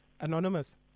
Anonymous